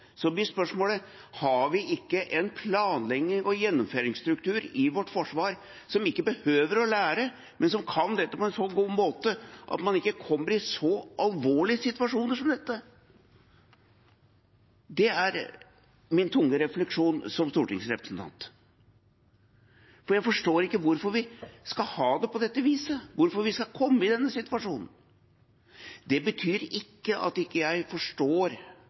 blir spørsmålet: Har vi ikke en planleggings- og gjennomføringsstruktur i vårt forsvar, slik at man ikke behøver å lære – at man kan dette på en så god måte at man ikke kommer i så alvorlige situasjoner som dette? Det er min tunge refleksjon som stortingsrepresentant. For jeg forstår ikke hvorfor vi skal ha det på dette viset – hvorfor vi skal komme i denne situasjonen. Det betyr ikke at jeg ikke forstår